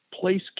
place